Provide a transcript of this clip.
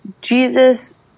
Jesus